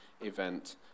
event